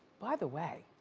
by the way,